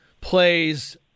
plays